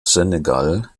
senegal